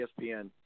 ESPN